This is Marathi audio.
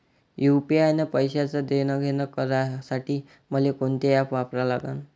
यू.पी.आय न पैशाचं देणंघेणं करासाठी मले कोनते ॲप वापरा लागन?